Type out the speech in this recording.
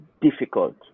difficult